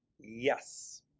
Yes